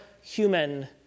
human